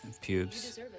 pubes